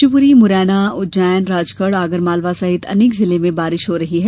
शिवपुरी मुरैना उज्जैना राजगढ़ और आगरमालवा सहित अनेक जिले में बारिश हो रही है